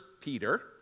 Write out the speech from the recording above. Peter